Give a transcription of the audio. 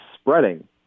spreading